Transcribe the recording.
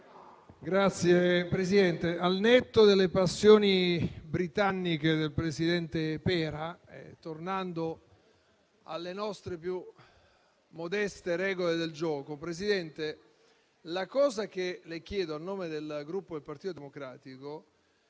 Signor Presidente, al netto delle passioni britanniche del presidente Pera e tornando alle nostre più modeste regole del gioco, la cosa che le chiedo a nome del Gruppo Partito Democratico